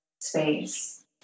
space